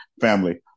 family